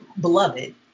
Beloved